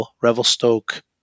Revelstoke